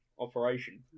Operation